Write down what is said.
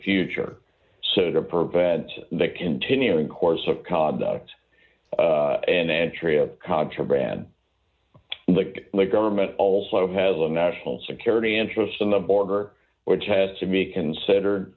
future so to prevent the continuing course of conduct and entry of contraband the government also has a national security interest in the border which has to be considered